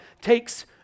takes